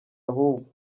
ahubwo